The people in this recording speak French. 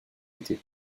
été